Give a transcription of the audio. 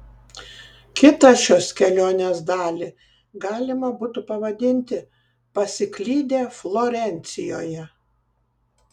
kitą šios kelionės dalį galima būtų pavadinti pasiklydę florencijoje